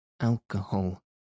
Alcohol